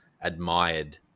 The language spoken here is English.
admired